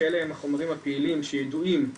שאלה הם החומרים הפעילים שידועים,